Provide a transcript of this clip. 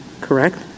correct